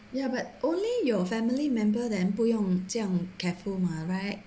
ya but only your family member then 不用这样 careful mah right